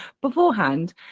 beforehand